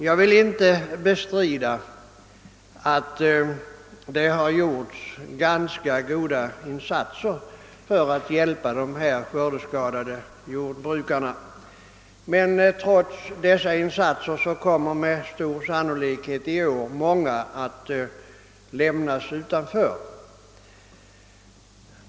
Jag vill inte bestrida att det gjorts ganska goda insatser för att hjälpa de jordbrukare som drabbats av skördeskador, men trots dessa insatser kommer i år med stor sannolikhet många att bli utan ersättning.